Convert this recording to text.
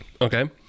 okay